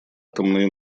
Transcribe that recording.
атомной